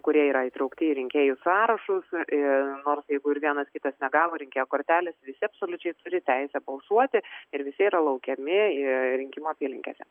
kurie yra įtraukti į rinkėjų sąrašus nors jeigu vienas kitas negavo rinkėjo kortelės visi absoliučiai turi teisę balsuoti ir visi yra laukiami rinkimų apylinkėse